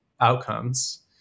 outcomes